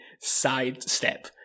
sidestep